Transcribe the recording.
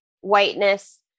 whiteness